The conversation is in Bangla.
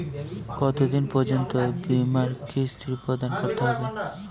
কতো দিন পর্যন্ত বিমার কিস্তি প্রদান করতে হবে?